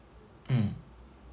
mm